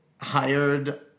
hired